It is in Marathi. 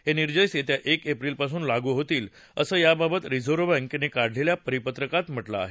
हे निर्देश येत्या एक एप्रिलपासून लागू होतील असं याबाबत रिझर्व्ह बँकेनं काढलेल्या परिपत्रकात म्हटलं आहे